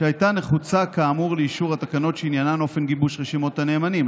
שהייתה נחוצה כאמור לאישור התקנות שעניינן אופן גיבוש רשימות הנאמנים.